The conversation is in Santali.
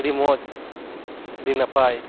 ᱟᱹᱰᱤ ᱢᱚᱡᱽ ᱟᱹᱰᱤ ᱱᱟᱯᱟᱭ